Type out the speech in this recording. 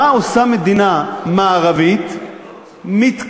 מה עושה מדינה מערבית מתקדמת